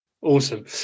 Awesome